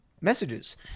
messages